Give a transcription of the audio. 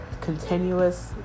continuous